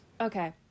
Okay